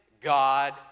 God